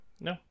no